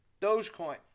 Dogecoin